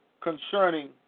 concerning